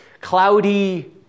cloudy